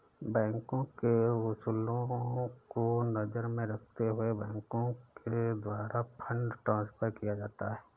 बैंकों के उसूलों को नजर में रखते हुए बैंकों के द्वारा फंड ट्रांस्फर किया जाता है